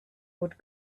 would